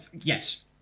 Yes